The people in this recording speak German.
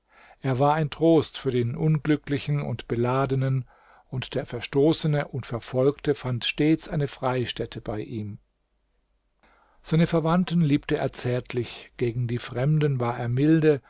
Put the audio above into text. er war ein trost für den unglücklichen und beladenen und der verstoßene und verfolgte fand stets eine freistätte bei ihm seine verwandten liebte er zärtlich gegen die fremden war er milde